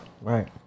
Right